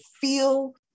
feel